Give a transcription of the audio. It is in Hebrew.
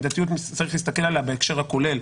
צריך להסתכל בהקשר הכולל.